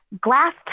glass